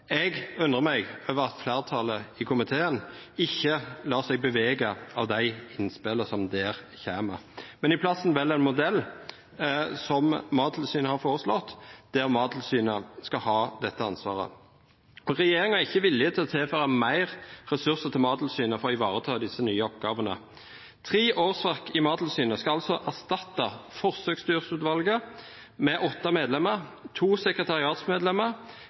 Jeg undrer meg over at flertallet i komiteen ikke lar seg bevege av de innspillene som er kommet derfra, men i stedet velger en modell som Mattilsynet har foreslått, der Mattilsynet skal ha dette ansvaret. Og hvorfor er ikke regjeringen villig til å tilføre Mattilsynet flere ressurser for å ivareta disse nye oppgavene? Tre årsverk i Mattilsynet skal altså erstatte Forsøksdyrutvalget med åtte medlemmer, to sekretariatsmedlemmer